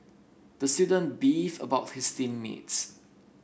the student beefed about his team mates